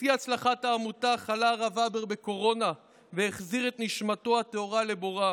בשיא הצלחת העמותה חלה הרב הבר בקורונה והחזיר את נשמתו הטהורה לבוראה.